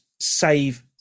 save